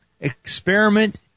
experiment